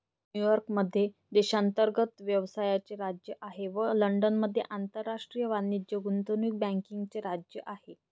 New York मध्ये देशांतर्गत व्यवसायाचे राज्य आहे व लंडनमध्ये आंतरराष्ट्रीय वाणिज्य गुंतवणूक बँकिंगचे राज्य आहे